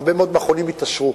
הרבה מאוד מכונים יתעשרו,